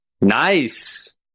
Nice